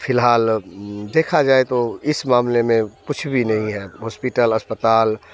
फिलहाल देखा जाए तो इस मामले में कुछ भी नहीं है हॉस्पिटल अस्पताल